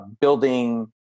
building